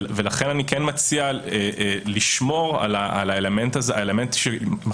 לכן אני כן מציע לשמור על האלמנט שמכניס